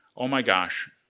oh, my gosh,